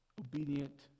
obedient